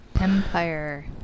Empire